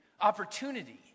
Opportunity